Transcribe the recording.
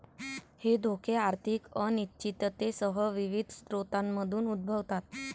हे धोके आर्थिक अनिश्चिततेसह विविध स्रोतांमधून उद्भवतात